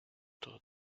todo